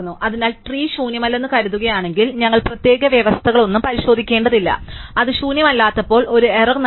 അതിനാൽ ട്രീ ശൂന്യമല്ലെന്ന് കരുതുകയാണെങ്കിൽ ഞങ്ങൾ പ്രത്യേക വ്യവസ്ഥകളൊന്നും പരിശോധിക്കേണ്ടതില്ല അത് ശൂന്യമല്ലാത്തപ്പോൾ ഒരു എറർ നൽകി